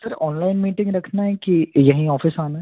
sir online meeting रखना है कि यहीं ऑफिस आना है